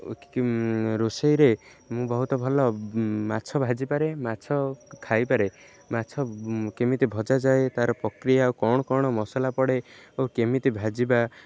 କି ରୋଷେଇରେ ମୁଁ ବହୁତ ଭଲ ମାଛ ଭାଜିପାରେ ମାଛ ଖାଇପାରେ ମାଛ କେମିତି ଭଜାଯାଏ ତାର ପ୍ରକ୍ରିୟା ଆଉ କ'ଣ କଣ ମସଲା ପଡ଼େ ଓ କେମିତି ଭାଜିବା